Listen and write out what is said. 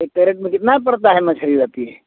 एक केरेट में कितना पड़ता है मछली रहती है